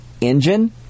engine